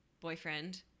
Boyfriend